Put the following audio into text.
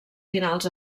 finals